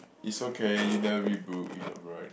is okay you never read book